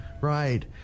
right